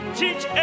teach